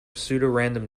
pseudorandom